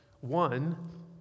One